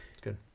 Good